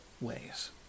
ways